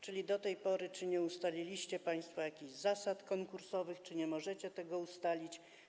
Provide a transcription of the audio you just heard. Czy do tej pory nie ustaliliście państwo jakichś zasad konkursowych, czy nie możecie tego ustalić?